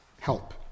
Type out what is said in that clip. help